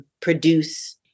produce